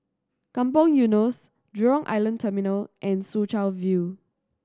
Kampong Eunos Jurong Island Terminal and Soo Chow View